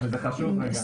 זה חשוב רגע.